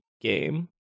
game